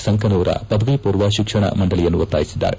ಸಂಕನೂರ ಪದವಿಪೂರ್ವ ಶಿಕ್ಷಣ ಮಂಡಳಿಯನ್ನು ಒತ್ತಾಯಿಸಿದ್ದಾರೆ